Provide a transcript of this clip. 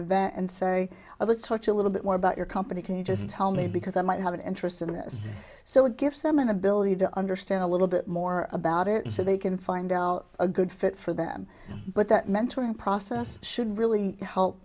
event and say let's watch a little bit more about your company can you just tell me because i might have an interest in this so it gives them an ability to understand a little bit more about it so they can find out a good fit for them but that mentoring process should really help